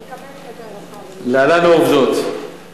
אני מקבלת את דבריך, אדוני היושב-ראש.